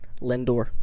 Lindor